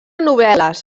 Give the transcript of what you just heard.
novel·les